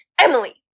Emily